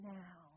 now